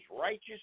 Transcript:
righteous